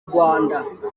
rwanda